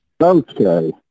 Okay